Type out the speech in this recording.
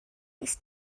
ist